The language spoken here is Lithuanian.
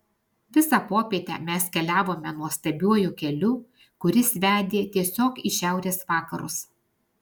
visą popietę mes keliavome nuostabiuoju keliu kuris vedė tiesiog į šiaurės vakarus